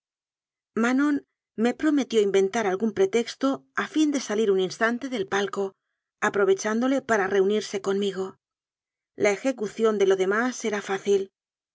manon me prometió inventar algún pre texto a fin de salir un instante del palco apro vechándole para reunirse conmigo la ejecución de lo demás era fácil